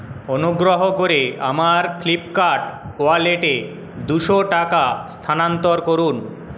অনুগ্রহ করে আমার ফ্লিপকার্ট ওয়ালেটে দুশো টাকা স্থানান্তর করুন